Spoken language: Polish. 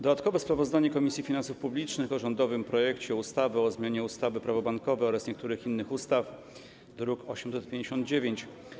Dodatkowe sprawozdanie Komisji Finansów Publicznych o rządowym projekcie ustawy o zmianie ustawy - Prawo bankowe oraz niektórych innych ustaw, druk nr 859.